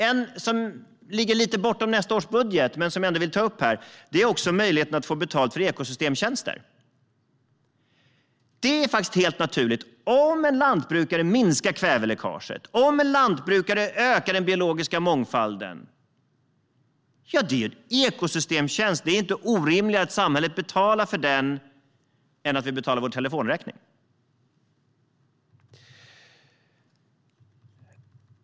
Något som ligger lite bortom nästa års budget men som jag ändå vill ta upp är möjligheten att få betalt för ekosystemtjänster. Det är helt naturligt. Om en lantbrukare minskar kväveläckaget, om en lantbrukare ökar den biologiska mångfalden, då är det en ekosystemtjänst, och det är inte orimligare att samhället betalar för den än att vi betalar vår telefonräkning.